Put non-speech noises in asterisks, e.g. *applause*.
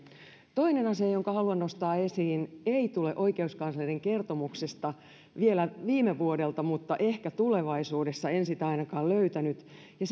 toinen asia jonka haluan nostaa esiin ei tule oikeuskanslerin kertomuksesta vielä viime vuodelta mutta ehkä tulevaisuudessa en sitä ainakaan löytänyt ja *unintelligible*